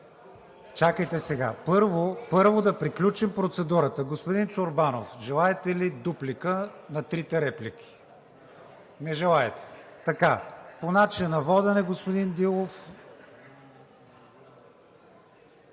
Ангелкова. Първо да приключим процедурата. Господин Чорбанов, желаете ли дуплика на трите реплики? Не желаете. По начина на водене – господин Дилов.